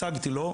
הצגתי לו,